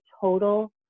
total